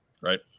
Right